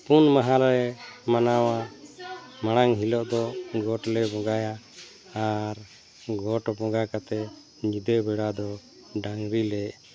ᱯᱩᱱ ᱢᱟᱦᱟᱞᱮ ᱢᱟᱱᱟᱣᱟ ᱢᱟᱲᱟᱝ ᱦᱤᱞᱳᱜ ᱫᱚ ᱜᱚᱴᱞᱮ ᱵᱚᱸᱜᱟᱭᱟ ᱟᱨ ᱜᱚᱴ ᱵᱚᱸᱜᱟ ᱠᱟᱛᱮ ᱧᱤᱫᱟᱹ ᱵᱮᱲᱟ ᱫᱚ ᱰᱟᱝᱨᱤᱞᱮ